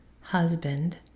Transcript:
husband